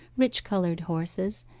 rich-coloured horses,